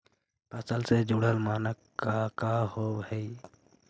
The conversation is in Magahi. फसल से जुड़ल मानक का का होव हइ?